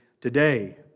today